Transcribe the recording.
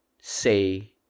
say